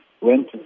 went